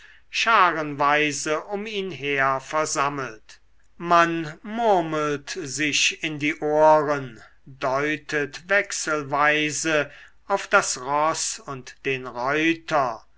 scharenweise um ihn her versammelt man murmelt sich in die ohren deutet wechselweise auf das roß und den reuter